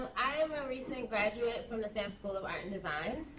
i am a recent graduate from the stamps school of art and design,